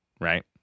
right